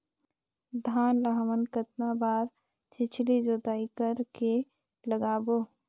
धान ला हमन कतना बार छिछली जोताई कर के लगाबो?